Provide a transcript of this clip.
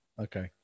Okay